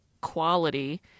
quality